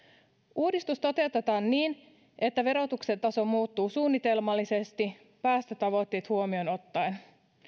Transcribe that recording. uudistus toteutetaan niin että verotuksen taso muuttuu suunnitelmallisesti päästötavoitteet huomioon ottaen